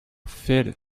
fit